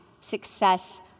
success